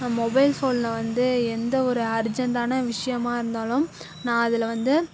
mobile ஃபோனில் வந்து எந்த ஒரு அர்ஜென்ட்டான விஷயமாக இருந்தாலும் நான் அதில் வந்து